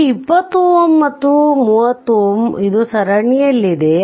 ಈ 20 Ω ಮತ್ತು 30Ω ಇದು ಸರಣಿಯಲ್ಲಿದೆ